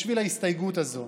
בשביל ההסתייגות הזאת,